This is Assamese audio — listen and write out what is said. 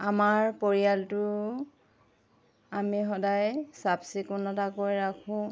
আমাৰ পৰিয়ালটো আমি সদায় চাফচিকুণতা কৰি ৰাখোঁ